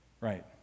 Right